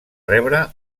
rebre